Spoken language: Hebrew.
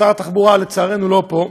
אז שר התחבורה לצערנו לא פה,